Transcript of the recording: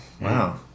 wow